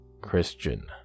Christian